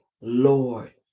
Lord